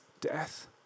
death